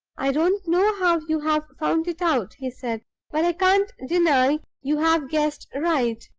i don't know how you have found it out, he said but i can't deny you have guessed right.